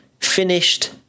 finished